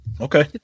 Okay